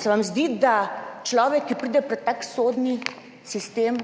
Se vam zdi, da človek, ki pride pred tak sodni sistem,